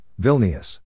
Vilnius